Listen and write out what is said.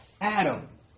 Adam